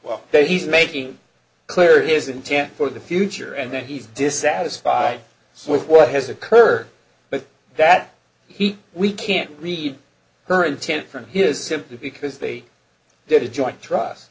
say he's making clear his intent for the future and then he's dissatisfied with what has occurred but that he we can't read her intent from his simply because they did a joint trust